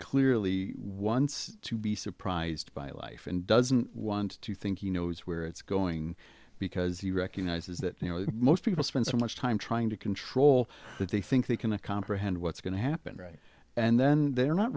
clearly wants to be surprised by life and doesn't want to think he knows where it's going because he recognizes that you know most people spend so much time trying to control what they think they cannot comprehend what's going to happen right and then they're not